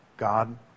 God